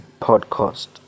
podcast